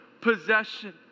possession